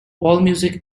allmusic